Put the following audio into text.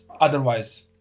otherwise